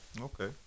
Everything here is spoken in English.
Okay